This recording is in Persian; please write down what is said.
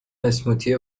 اسموتی